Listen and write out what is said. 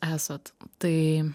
esat tai